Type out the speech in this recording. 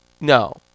No